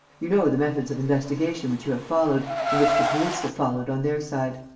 you know the methods of investigation which you have followed and which the police have followed on their side.